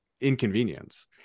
inconvenience